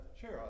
sure